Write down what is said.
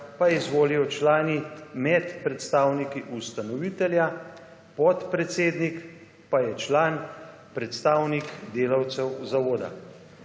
pa izvolijo člani med predstavniki ustanovitelja, podpredsednik pa je član predstavnik delavcev zavoda.«